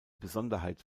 besonderheit